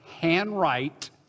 handwrite